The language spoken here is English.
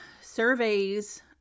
surveys